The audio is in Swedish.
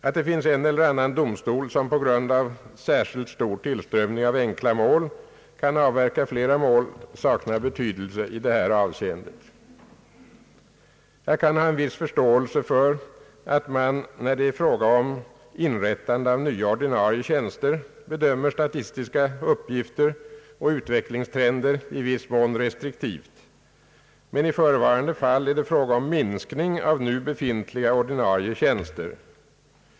Att det finns en eller annan domstol som på grund av särskilt stor tillströmning av enkla mål kan avverka flera mål saknar betydelse i detta avseende. Jag kan ha viss förståelse för att man, när det är fråga om inrättande av nya ordinarie tjänster bedömer statistiska uppgifter och utvecklingstrender i någon mån restriktivt. Men i förevarande fall är det fråga om minskning av nu befintliga ordinarie tjänster.